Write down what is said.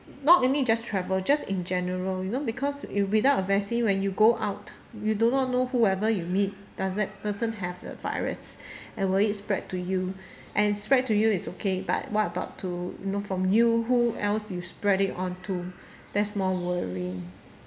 not only just travel just in general you know because if without a vaccine when you go out you do not know whoever you meet does that person have a virus and will it spread to you and spread to you is okay but what about to know from you who else you spread it onto there's more worrying